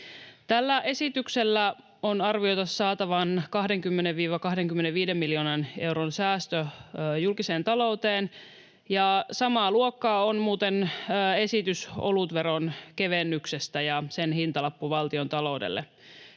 Tällä esityksellä on arvioitu saatavan 20—25 miljoonan euron säästö julkiseen talouteen, ja samaa luokkaa on muuten esitys olutveron kevennyksestä ja sen hintalappu valtiontaloudelle.